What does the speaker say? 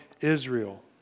Israel